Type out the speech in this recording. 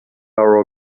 our